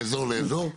מאזור לאזור?